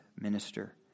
minister